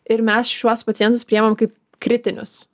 ir mes šiuos pacientus priimam kaip kritinius